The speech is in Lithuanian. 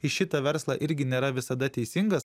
į šitą verslą irgi nėra visada teisingas